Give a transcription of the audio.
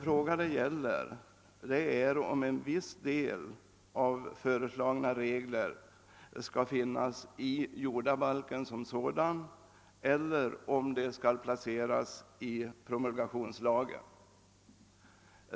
Problemet gäller om en viss del av föreslagna regler skall finnas i jordabalken som sådan eller placeras i promul!gationslagen.